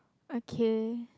okay